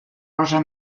rosa